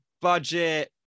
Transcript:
budget